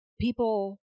people